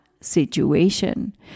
Situation